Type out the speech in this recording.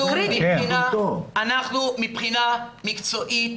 אנחנו מבחינה מקצועית